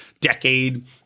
decade